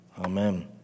amen